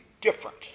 different